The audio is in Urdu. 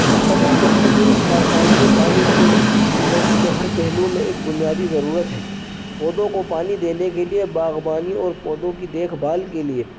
مختلف فیکٹریوں اور کارخانوں کے پانی کے زندگی کے ہر پہلو میں ایک بنیادی ضرورت ہے پودوں کو پانی دینے کے لیے باغبانی اور پودوں کی دیکھ بھال کے لیے